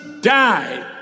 died